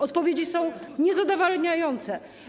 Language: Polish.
Odpowiedzi są niezadowalające.